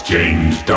James